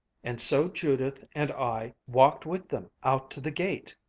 and so judith and i walked with them out to the gate,